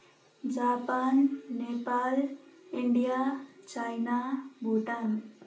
Japan Nepal India China Bhutan